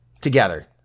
Together